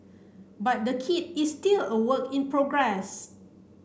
but the kit is still a work in progress